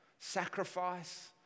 sacrifice